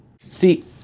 See